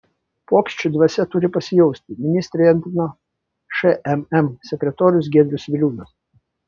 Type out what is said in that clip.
pokyčių dvasia turi pasijausti ministrei antrino šmm sekretorius giedrius viliūnas